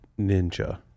ninja